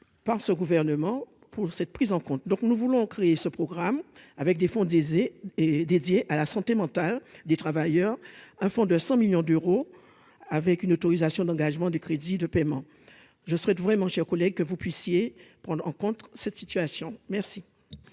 par ce gouvernement pour cette prise en compte, donc nous voulons créer ce programme avec des fonds disait et dédié à la santé mentale des travailleurs, un fonds de 100 millions d'euros avec une autorisation d'engagement des crédits de paiement, je souhaite vraiment cher collègue que vous puissiez prendre en compte cette situation merci.